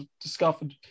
discovered